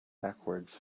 backwards